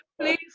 Please